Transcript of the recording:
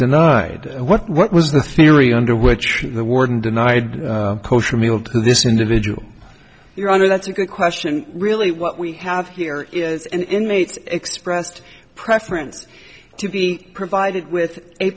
denied what was the theory under which the warden denied kosher meal to this individual your honor that's a good question really what we have here is an inmate expressed preference to be provided with a